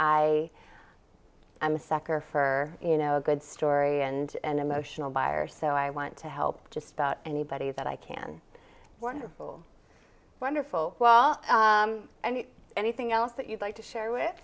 i i'm a sucker for you know a good story and an emotional buyer so i want to help just about anybody that i can wonderful wonderful well and anything else that you'd like to share